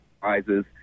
prizes